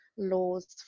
laws